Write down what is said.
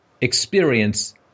Experience